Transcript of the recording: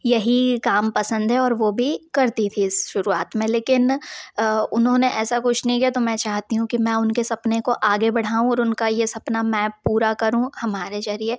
यही काम पसंद है और वो भी करती थी शुरुआत में लेकिन उन्होंने ऐसा कुछ नहीं किया तो मैं चाहती हूँ कि मैं उनके सपने को आगे बढाऊँ और उनका ये सपना मैं पूरा करूँ हमारे ज़रिए